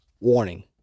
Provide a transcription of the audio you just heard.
Warning